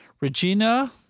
Regina